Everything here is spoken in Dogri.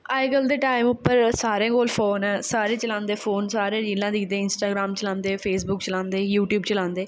अजकल्ल दे टैम पर सारें कोल फोन ऐ सारे चलांदे फोन सारे रीलां दिखदे इंस्टाग्राम चलांदे फेसबुक चलांदे यूटयूब चलांदे